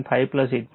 5 8